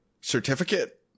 certificate